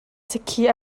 sakhi